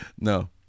No